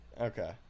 Okay